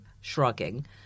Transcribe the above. shrugging